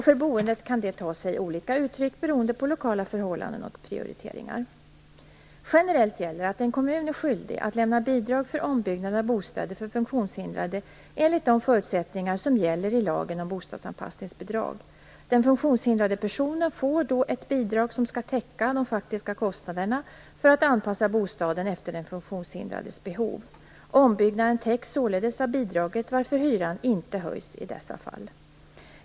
För boendet kan detta ta sig olika uttryck beroende på lokala förhållanden och prioriteringar. Generellt gäller att en kommun är skyldig att lämna bidrag för ombyggnad av bostäder för funktionshindrade enligt de förutsättningar som gäller i lagen om bostadsanspassningsbidrag. Den funktionshindrade personen får då ett bidrag som skall täcka de faktiska kostnaderna för att anpassa bostaden efter den funktionshindrades behov. Ombyggnaden täcks således av bidraget, varför hyran inte höjs i dessa fall.